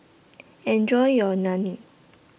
Enjoy your Naan